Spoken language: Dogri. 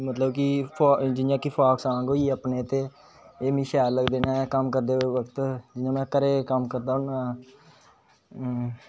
मतलब कि जिया फाॅक सांग होई गे अपने ते एह् मिगी शैल लगदे न ते कम्म करदे होई बक्त घरे दे कम् करदा हूं